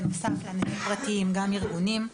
בנוסף לאנשים פרטיים גם ארגונים.